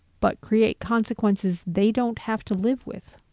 but create consequences they don't have to live with.